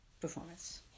performance